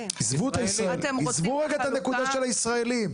עזבו רגע את הנקודה של הישראלים.